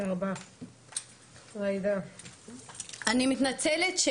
אני מתנצלת.